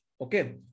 Okay